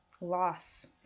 loss